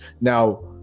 Now